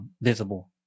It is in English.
visible